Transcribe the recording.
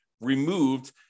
removed